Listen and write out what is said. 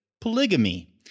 polygamy